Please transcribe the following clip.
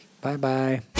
Bye-bye